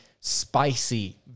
spicy